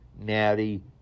Natty